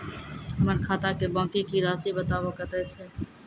हमर खाता के बाँकी के रासि बताबो कतेय छै?